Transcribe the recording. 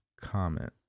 comment